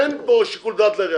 אין שיקול דעת לתאגיד.